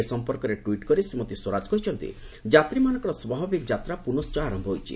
ଏ ସଂପର୍କରେ ଟ୍ୱିଟ୍ କରି ଶ୍ରୀମତୀ ସ୍ୱରାଜ କହିଛନ୍ତି ଯାତ୍ରୀମାନଙ୍କର ସ୍ୱାଭାବିକ ଯାତ୍ରା ପୁନଶ୍ଚ ଆରମ୍ଭ ହୋଇଛି